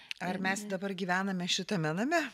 ar mes dabar gyvename šitame name